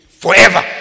Forever